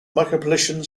micropolitan